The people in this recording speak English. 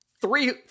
three